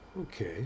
okay